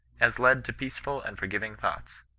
as led to peaceful and forgiving thoughts.